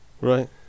right